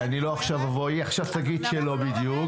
היא עכשיו תגיד שלא בדיוק.